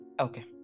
Okay